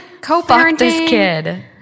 co-parenting